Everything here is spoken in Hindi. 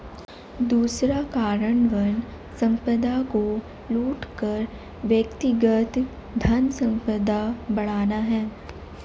दूसरा कारण वन संपदा को लूट कर व्यक्तिगत धनसंपदा बढ़ाना है